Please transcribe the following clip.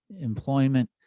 employment